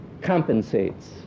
compensates